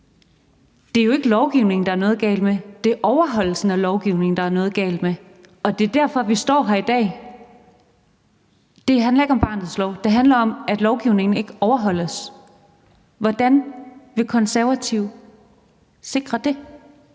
det er jo ikke lovgivningen, der er noget galt med, det er overholdelsen af lovgivningen, der er noget galt med, og det er derfor, vi står her i dag. Det handler ikke om barnets lov, det handler om, at lovgivningen ikke overholdes. Hvordan vil Konservative sikre det?